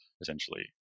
essentially